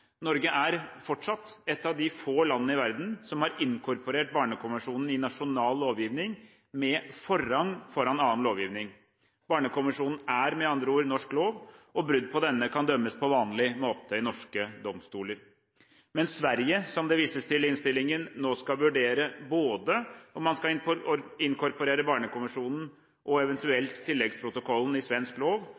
Norge er fortsatt et av de få land i verden som har inkorporert Barnekonvensjonen i nasjonal lovgivning med rang foran annen lovgivning. Barnekonvensjonen er med andre ord norsk lov, og brudd på denne kan dømmes på vanlig måte i norske domstoler. I Sverige, som det vises til i innstillingen, skal man nå vurdere om man skal inkorporere både Barnekonvensjonen og eventuelt tilleggsprotokollen i svensk lov,